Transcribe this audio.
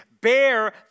bear